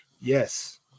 Yes